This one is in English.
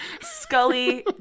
Scully